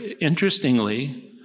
interestingly